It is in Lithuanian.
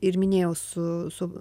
ir minėjau su su